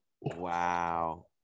Wow